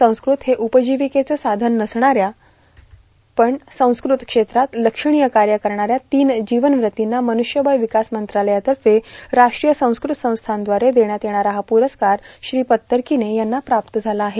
संस्कृत हे उपजिविकेचं साधन नसणाऱ्या पण संस्कृत क्षेत्रात लक्षणीय कार्य करणाऱ्या तीन जीवनव्रतींना मन्रष्यबळ विकास मंत्रालयातर्फे राष्ट्रीय संस्कृत संस्थान द्वारे देण्यात येणारा हा पुरस्कार श्री पत्तरकिने यांना प्राप्त झाला आहे